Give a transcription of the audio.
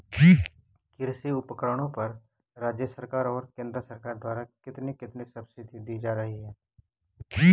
कृषि उपकरणों पर राज्य सरकार और केंद्र सरकार द्वारा कितनी कितनी सब्सिडी दी जा रही है?